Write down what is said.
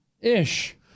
Ish